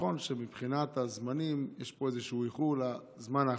נכון שמבחינת הזמנים יש פה איזשהו איחור לזמן האחרון,